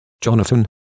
Jonathan